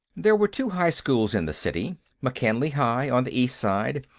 there were two high schools in the city mckinley high, on the east side,